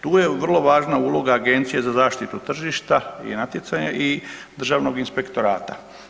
Tu je vrlo važna uloga Agencije za zaštitu tržišta i natjecanja i Državnog inspektorata.